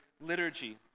liturgy